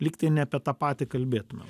lygtai ne apie tą patį kalbėtumėm